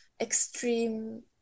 extreme